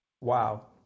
Wow